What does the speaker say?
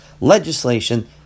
legislation